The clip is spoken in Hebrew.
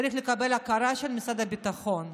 צריך לקבל הכרה של משרד הביטחון.